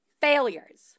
Failures